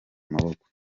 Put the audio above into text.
amaboko